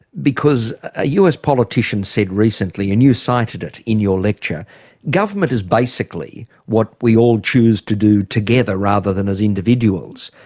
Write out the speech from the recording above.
because a us politician said recently and you cited it in your lecture government is basically what we all choose to do together rather than as individuals.